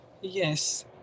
Yes